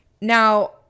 Now